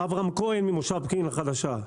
אברהם כהן ממושב פקיעין החדשה,